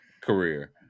career